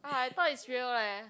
ah I thought it's really leh